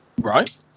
Right